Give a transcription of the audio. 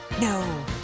No